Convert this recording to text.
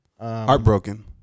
Heartbroken